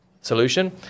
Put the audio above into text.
solution